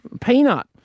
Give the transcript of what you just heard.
peanut